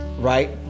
right